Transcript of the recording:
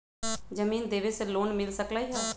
जमीन देवे से लोन मिल सकलइ ह?